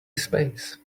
space